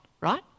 right